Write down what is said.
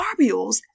barbules